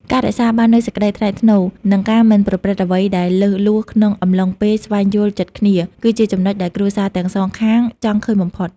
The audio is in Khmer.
ការរក្សាបាននូវសេចក្ដីថ្លៃថ្នូរ និងការមិនប្រព្រឹត្តអ្វីដែលលើសលួសក្នុងកំឡុងពេលស្វែងយល់ចិត្តគ្នា គឺជាចំណុចដែលគ្រួសារទាំងសងខាងចង់ឃើញបំផុត។